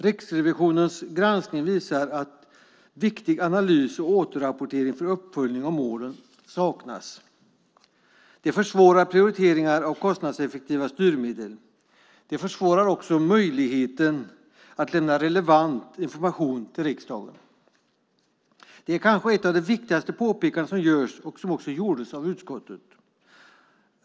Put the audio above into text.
Riksrevisionens granskning visar att en viktig analys och återrapportering för uppföljning av målen saknas. Det försvårar prioriteringar av kostnadseffektiva styrmedel. Det försvårar också när det gäller möjligheten att lämna relevant information till riksdagen. Detta är kanske ett av de viktigaste påpekandena som görs och som också gjorts av utskottet.